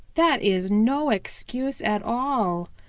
that is no excuse at all.